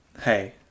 hey